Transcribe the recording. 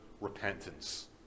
repentance